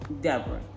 Deborah